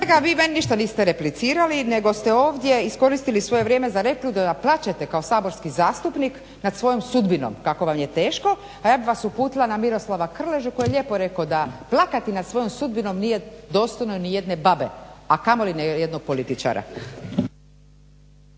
vi meni ništa niste replicirali nego ste ovdje iskoristili svoje vrijeme za repliku da plačete kao saborski zastupnik nad svojom sudbinom kako vam je teško, a ja bih vas uputila na Miroslava Krležu koji je lijepo rekao da plakati nad svojom sudbinom nije dostojno nijedne babe, a kamoli jednog političara.